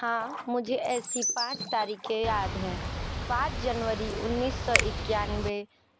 हाँ मुझे ऐसी पाँच तारीखें याद हैं पाँच जनवरी उन्नीस सौ इक्यानवे